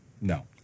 No